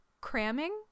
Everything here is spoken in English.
cramming